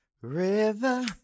river